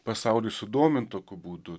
pasauliu sudomint tokiu būdu